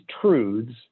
truths